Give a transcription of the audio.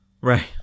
Right